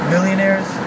Millionaires